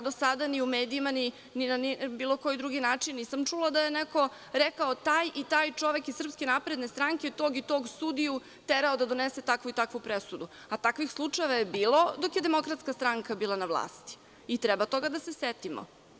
Do sada ni u medijima, ni na bilo koji drugi način nisam čula da je neko rekao – taj i taj čovek iz SNS tog i tog sudiju je terao da donese takvu i takvu presudu, a takvih slučajeva je bilo dok je DS bila na vlasti i treba toga da se setimo.